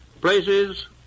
places